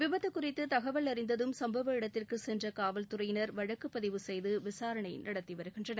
விபத்து குறித்து தகவல் அறிந்ததும் சும்பவ இடத்திற்கு சென்ற காவல்துறையினர் வழக்கு பதிவு செய்து விசாரணை நடத்தி வருகின்றனர்